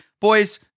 Boys